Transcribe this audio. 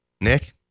nick